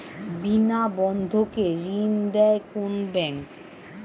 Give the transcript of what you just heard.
বিনা বন্ধকে ঋণ দেয় কোন ব্যাংক?